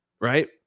right